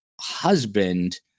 husband